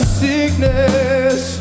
sickness